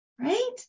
Right